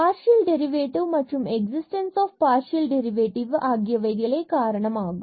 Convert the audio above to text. partial derivative மற்றும் existence of partial derivative ஆகியவை காரணங்களாகும்